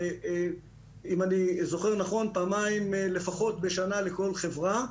אם אני זוכר נכון, פעמיים לפחות בשנה לכל חברה.